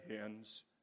hands